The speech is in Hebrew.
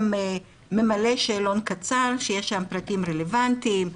ממלא שאלון קצר שיש שם פרטים רלוונטיים,